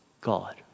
God